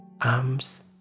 arms